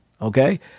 Okay